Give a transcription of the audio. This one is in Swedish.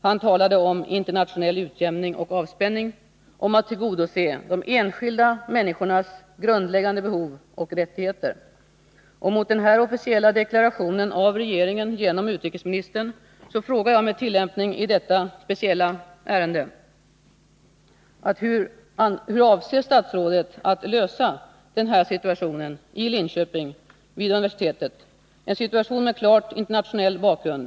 Han talade om internationell utjämning och avspänning, om att tillgodose de enskilda människornas grundläggande behov och rättigheter. Mot bakgrund av denna officiella deklaration av regeringen genom utrikesministern frågar jag med tillämpning i detta speciella ärende: Hur avser statsrådet att lösa den här situationen vid universitet i Linköping, en 101 situation med klart internationell bakgrund?